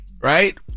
right